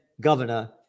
governor